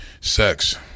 sex